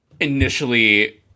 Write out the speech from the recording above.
initially